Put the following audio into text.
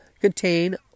contain